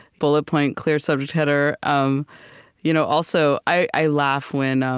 bullet point, clear subject header. um you know also, i laugh when um